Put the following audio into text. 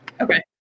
Okay